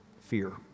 fear